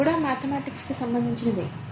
ఇది కూడా మాథెమాటిక్స్ కి సంబంధించినదే